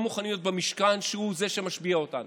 מוכנים להיות במשכן כשהוא זה שמשביע אותנו.